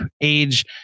age